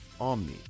Omni